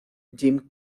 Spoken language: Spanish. jim